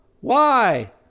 Why